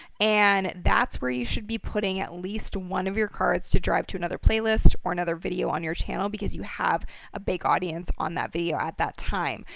and that's where you should be putting at least one of your cards to drive to another playlist or another video on your channel because you have a big audience on that video at that time.